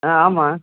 ஆ ஆமாம்